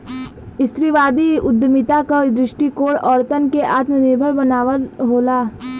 स्त्रीवादी उद्यमिता क दृष्टिकोण औरतन के आत्मनिर्भर बनावल होला